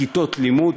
כיתות לימוד,